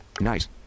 nice